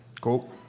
Cool